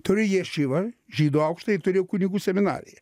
turė ješiva žydų aukštąjį ir turėjo kunigų seminariją